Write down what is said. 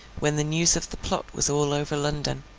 when the news of the plot was all over london.